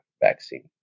vaccine